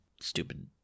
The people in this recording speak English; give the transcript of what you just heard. stupid